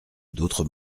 d’autres